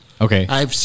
Okay